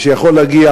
ושיכול להגיע